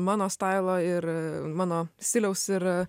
mano stailo ir mano stiliaus ir